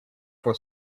for